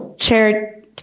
Chair